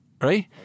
right